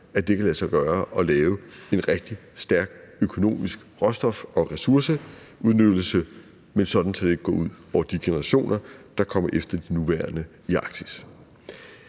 at det kan lade sig gøre at lave en rigtig stærk økonomisk råstof- og ressourceudnyttelse, men sådan at det ikke går ud over de generationer, der kommer efter de nuværende, i Arktis.